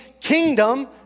kingdom